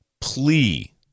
plea